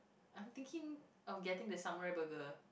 I'm thinking of getting the sunrise burger